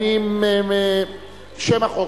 שם החוק,